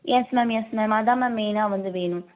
yes ma'am yes ma'am அதான் ma'am மெயினாக வந்து வேணும்